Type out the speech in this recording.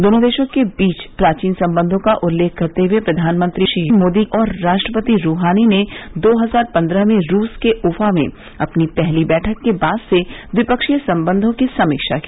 दोनों देशों के बीच प्राचीन सम्बंधों का उल्लेख करते हुए प्रधानमंत्री श्री मोदी और राष्ट्रपति रूहानी ने दो हजार पन्द्रह में रूस के ऊफा में अपनी पहली बैठक के बाद से ट्विपक्षीय सम्बंधों की समीक्षा की